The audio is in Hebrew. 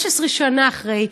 15 שנה אחרי,